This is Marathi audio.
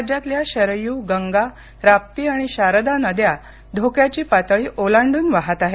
राज्यातल्या शरयू गंगा राप्ती आणि शारदा नद्या धोक्याची पातळी ओलांडून वहात आहेत